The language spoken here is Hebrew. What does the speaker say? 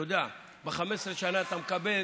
אתה יודע, ב-15 שנה אתה מקבל